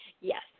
Yes